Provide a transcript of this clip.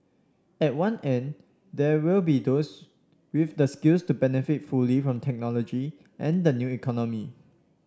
at one end there will be those with the skills to benefit fully from technology and the new economy